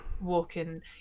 walking